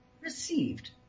received